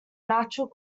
natural